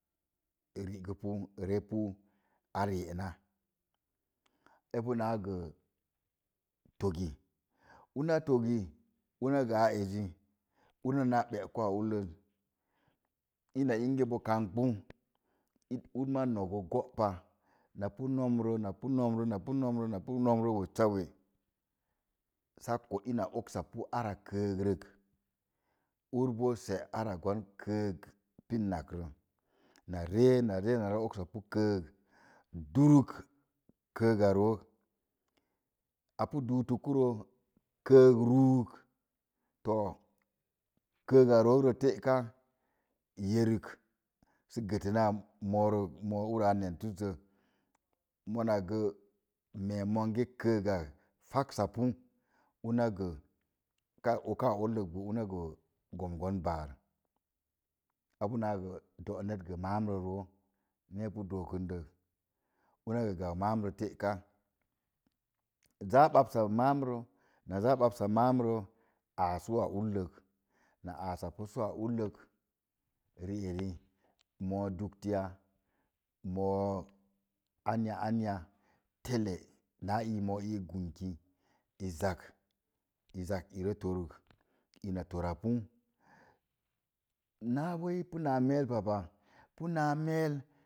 Rigə pu re pu ar yeená. A puna gə toggi una toggi una gə a ezi una na gbeku a ullez ina iggə bo kambə ur ma nogə goo pa na pu nomrə na pu nomrə napu nomrə wessa we sakko ina oogsa ara kəəg rə ur ben seé ara kəəg rə pin ak rə, na ré naré na ogsa pu kəəg duruk kəəg ga rook a pu dutuku rə kəəg ruuk too kəəgga rook rə teka yerək sə gətə naa morək moo ura a nentuz ze, mona ge mee monge kəəg ak. Paksa pu una gə ka ogka uulek gomb gonbar. A pana dp net uta maam də zoo, ni a pu dookə dəz una gə sau ma'am də taka. Zaa gbamsa maam də na za'a gbamsa maan rə āā sū ullek na áá sa pu sū a allek, ri ari moo duktə moo anya anya tele náá! Gunki i zak i zak ina tora pu na wai puna meel pa pa una meel